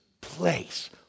place